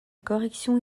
correction